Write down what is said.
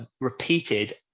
repeated